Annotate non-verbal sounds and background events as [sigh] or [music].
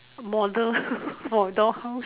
model [laughs] for a doll house